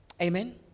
Amen